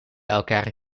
elkaar